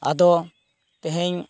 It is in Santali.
ᱟᱫᱚ ᱛᱮᱦᱮᱧ